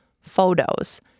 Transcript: photos